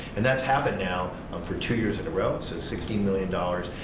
and that's happened now um for two years in a row, so sixteen million dollars,